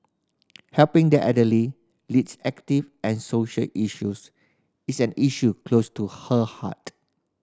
helping the elderly leads active and social issues is an issue close to her heart